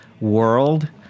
world